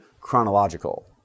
chronological